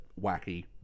wacky